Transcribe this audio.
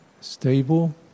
stable